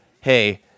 hey